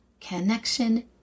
connection